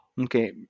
Okay